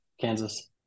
Kansas